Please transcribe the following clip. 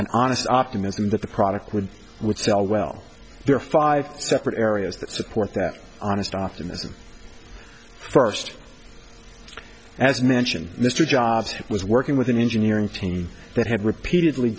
an honest optimism that the product would would sell well there are five separate areas that support that honest optimism first as mentioned mr jobs was working with an engineering team that had repeatedly